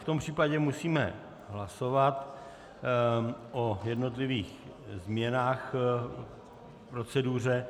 V tom případě musíme hlasovat o jednotlivých změnách v proceduře.